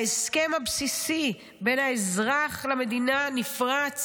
ההסכם הבסיסי בין האזרח למדינה נפרץ